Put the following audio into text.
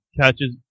catches